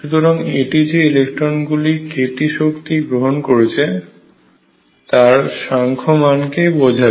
সুতরাং এটি যে ইলেকট্রনগুলি kT শক্তি গ্রহণ করেছে তার সাংখ্যমান কে বোঝাবে